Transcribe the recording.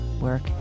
work